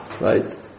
Right